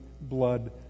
blood